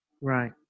right